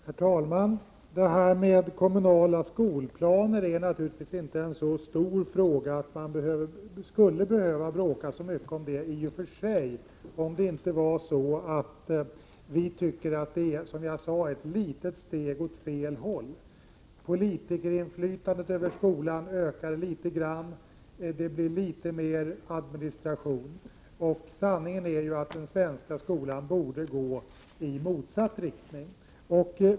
Herr talman! Detta med kommunala skolplaner är naturligtvis inte en så stor fråga att vi skulle behöva bråka så mycket om den i och för sig, om vi inte tyckte att det, som jag sade, är ett litet steg åt fel håll. Politikerinflytandet över skolan ökar litet grand. Det blir litet mer administration. Sanningen är ju att den svenska skolan borde gå i motsatt riktning.